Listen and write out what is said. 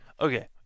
Okay